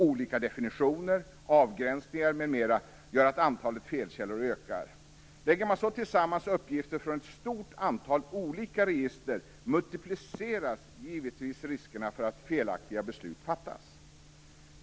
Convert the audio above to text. Olika definitioner, avgränsningar m.m. gör att antalet felkällor ökar. Lägger man så samman uppgifter från ett stort antal olika register multipliceras givetvis riskerna för att felaktiga beslut fattas.